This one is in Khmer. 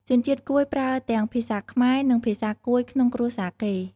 ជនជាតិកួយប្រើទាំងភាសាខ្មែរ និងភាសាកួយក្នុងគ្រួសារគេ។